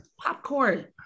popcorn